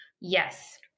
Yes